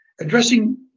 Addressing